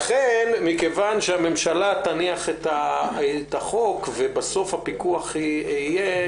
מכיוון שהממשלה תניח את החוק ובסוף הפיקוח יהיה